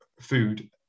food